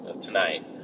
tonight